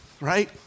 right